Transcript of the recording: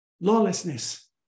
Lawlessness